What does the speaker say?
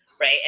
right